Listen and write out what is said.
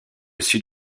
sud